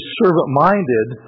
servant-minded